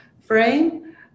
frame